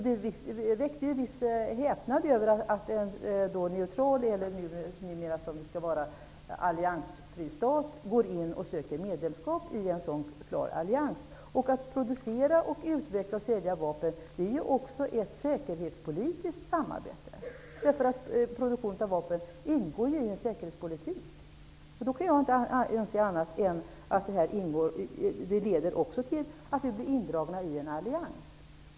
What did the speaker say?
Det väckte viss häpnad att en neutral stat -- eller alliansfri, som Sverige numera skall vara -- söker medlemskap i en sådan klar allians. Att producera, utveckla och sälja vapen innebär också ett säkerhetspolitiskt samarbete, eftersom produktion av vapen ingår i en säkerhetspolitik. Jag kan inte inse annat än att detta leder till att vi blir indragna i en allians.